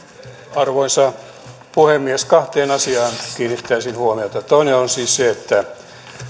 arvoisa puhemies kahteen asiaan kiinnittäisin huomiota toinen on siis se että